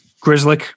Grizzly